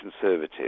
conservative